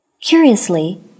Curiously